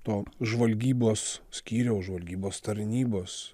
to žvalgybos skyriaus žvalgybos tarnybos